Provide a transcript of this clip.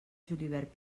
julivert